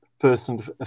person